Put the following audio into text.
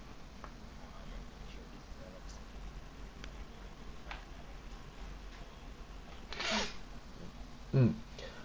mm